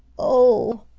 oh,